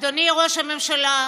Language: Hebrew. אדוני ראש הממשלה,